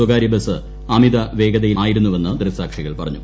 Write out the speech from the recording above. സ്വകാര്യബസ് അമിത വേഗത്തിലായിരുന്നുവെന്ന് ദൃക്സാക്ഷികൾ പറഞ്ഞു